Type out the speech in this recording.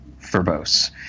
verbose